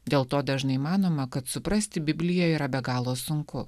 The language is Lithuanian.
dėl to dažnai manoma kad suprasti bibliją yra be galo sunku